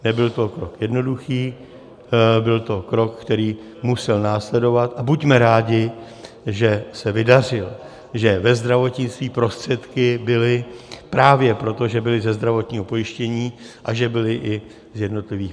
Nebyl to krok jednoduchý, byl to krok, který musel následovat, a buďme rádi, že se vydařil, že ve zdravotnictví prostředky byly právě proto, že byly ze zdravotního pojištění a že byly i z jednotlivých programů.